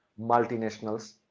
multinationals